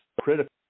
critical